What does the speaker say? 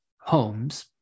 homes